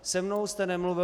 Se mnou jste nemluvil.